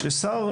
ששר,